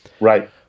Right